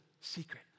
secret